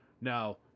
Now